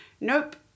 nope